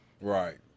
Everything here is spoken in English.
Right